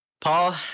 Paul